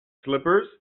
slippers